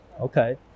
Okay